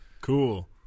Cool